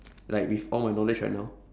like with all my knowledge right now